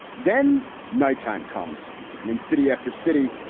then nighttime comes and in city after city.